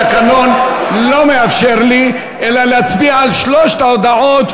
התקנון לא מאפשר לי אלא להצביע על שלוש ההודעות,